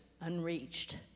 unreached